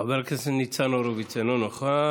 חבר הכנסת ניצן הורוביץ, אינו נוכח.